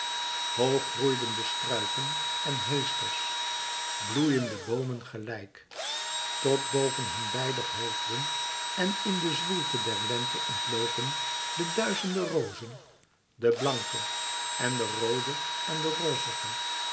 groeiden de struiken en heesters bloeiende boomen gelijk tot boven hun beider hoofden en in de zwoelte der lente ontloken de duizende rozen de blanke en de roode en de rozige